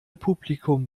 publikum